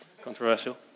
Controversial